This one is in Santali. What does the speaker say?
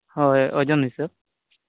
ᱦᱳᱭ ᱳᱡᱳᱱ ᱦᱤᱥᱟᱹᱵᱽ